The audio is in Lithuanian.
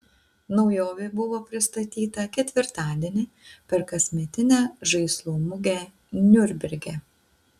naujovė buvo pristatyta ketvirtadienį per kasmetinę žaislų mugę niurnberge